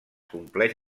compleix